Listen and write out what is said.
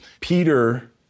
Peter